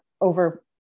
over